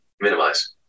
Minimize